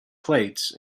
plates